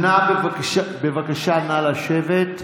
בבקשה לשבת.